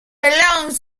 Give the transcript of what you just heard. belongs